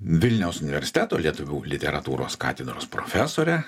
vilniaus universiteto lietuvių literatūros katedros profesorę